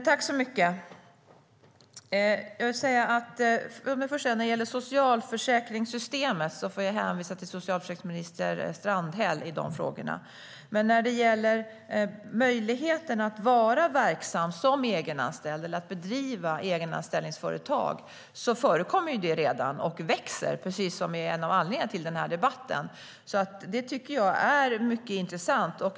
Herr talman! Låt mig först säga att när det gäller socialförsäkringssystemet får jag hänvisa till socialförsäkringsminister Strandhäll. Möjligheten att vara verksam som egenanställd eller att driva egenanställningsföretag är något som redan förekommer och som växer. Det är ju en av anledningarna till den här debatten. Det tycker jag är mycket intressant.